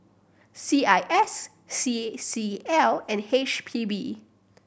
C I S C C L and H P B